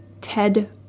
TED